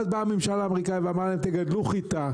ואז באה הממשלה האמריקאית ואמרה להם תגדלו חיטה,